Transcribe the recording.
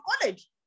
college